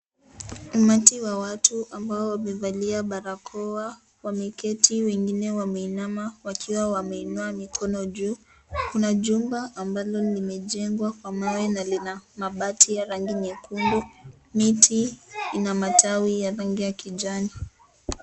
Umati wa watu ambao wamevalia barakoa. Wameketi, wengine wameinama, wakiwa wameinua mikono juu. Kuna jumba ambalo limejengwa kwa mawe na lina mabati la rangi nyekundu. Miti, ina matawi ya rangi ya kijani.